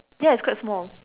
ya it's quite small